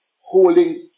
holding